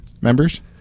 members